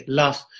love